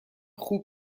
خوب